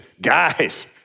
guys